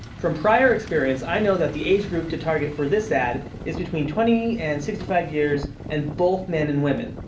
from prior experience, i know that the age group to target for this ad is between twenty and sixty five years and both men and women.